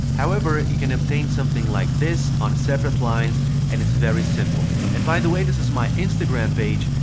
however, you can obtain something like this on separate lines and it's very simple. and by the way this is my instagram page,